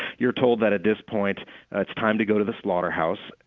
you're told that at this point ah it's time to go to the slaughterhouse.